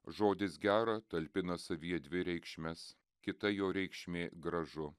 žodis gera talpina savyje dvi reikšmes kita jo reikšmė gražu